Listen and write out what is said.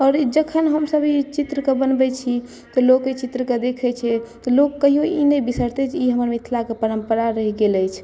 आओर जखन हमसभ ई चित्रक बनबै छी तऽ लोक ओ चित्रक देखे छै तऽ लोक कहियो ई नहि बिसरतै जे ई हमरा मिथिलाक परम्परा रहि गेल अछि